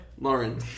Lauren